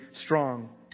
strong